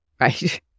Right